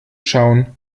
schauen